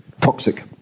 toxic